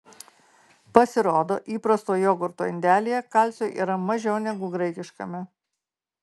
pasirodo įprasto jogurto indelyje kalcio yra mažiau negu graikiškame